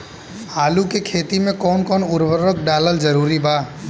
आलू के खेती मे कौन कौन उर्वरक डालल जरूरी बा?